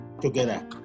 together